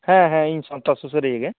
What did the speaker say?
ᱦᱮᱸ ᱦᱮᱸ ᱤᱧ ᱥᱟᱶᱛᱟ ᱥᱩᱥᱟᱹ ᱨᱤᱭᱟᱹᱜᱮ